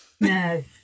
no